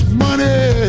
money